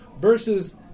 versus